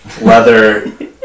leather